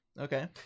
Okay